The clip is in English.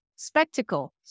spectacle